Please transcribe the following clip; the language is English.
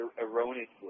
erroneously